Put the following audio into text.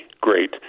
great